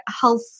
health